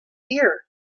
year